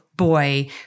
boy